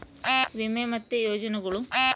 ವಿಮೆ ಮತ್ತೆ ಯೋಜನೆಗುಳು